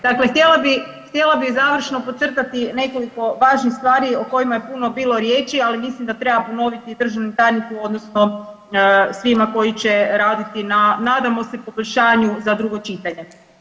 Dakle, htjela bi završno podcrtati nekoliko važnih stvari o kojima je puno bilo riječi, ali mislim da treba ponoviti državnom tajniku odnosno svima koji će raditi na nadamo se poboljšanju za drugo čitanje.